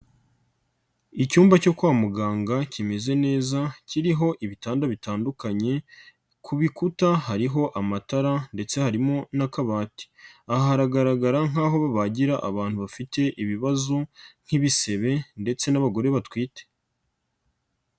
Icyumba cyo kwa muganga kimeze neza kiriho ibitanda bitandukanye, ku bikuta hariho amatara ndetse harimo n'akabati, aha haragaragara nk'aho babagira abantu bafite ibibazo nk'ibisebe ndetse n'abagore batwite.